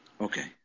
Okay